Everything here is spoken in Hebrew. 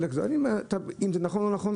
אם זה נכון או לא נכון,